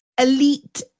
elite